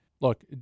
Look